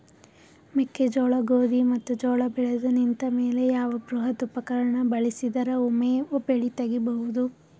ಮೆಕ್ಕೆಜೋಳ, ಗೋಧಿ ಮತ್ತು ಜೋಳ ಬೆಳೆದು ನಿಂತ ಮೇಲೆ ಯಾವ ಬೃಹತ್ ಉಪಕರಣ ಬಳಸಿದರ ವೊಮೆ ಬೆಳಿ ತಗಿಬಹುದು?